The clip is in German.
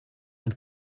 und